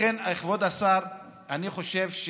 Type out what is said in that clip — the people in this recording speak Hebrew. לכן, כבוד השר, אני חושב,